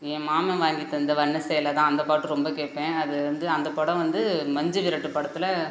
என் மாமன் வாங்கி தந்த வண்ணசேலைதான் அந்த பாட்டு ரொம்ப கேட்பேன் அது வந்து அந்த படம் வந்து மஞ்சுவிரட்டு படத்தில்